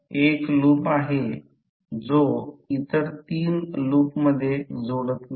तर V हे voltage नाही V मटेरियलचे मूल्य आहे